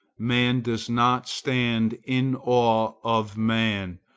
man does not stand in awe of man,